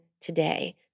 today